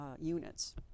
units